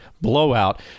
blowout